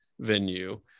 venue